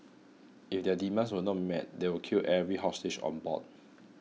if their demands were not met they would kill every hostage on board